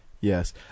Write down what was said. Yes